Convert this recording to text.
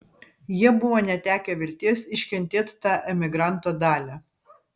jie buvo netekę vilties iškentėt tą emigranto dalią